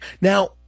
Now